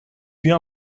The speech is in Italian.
più